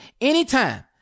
anytime